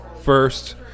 first